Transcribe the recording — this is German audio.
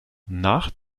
nach